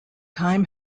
time